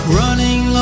running